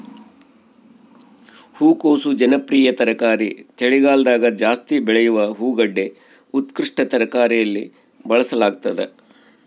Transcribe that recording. ಹೂಕೋಸು ಜನಪ್ರಿಯ ತರಕಾರಿ ಚಳಿಗಾಲದಗಜಾಸ್ತಿ ಬೆಳೆಯುವ ಹೂಗಡ್ಡೆ ಉತ್ಕೃಷ್ಟ ತರಕಾರಿಯಲ್ಲಿ ಬಳಸಲಾಗ್ತದ